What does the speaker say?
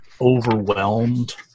overwhelmed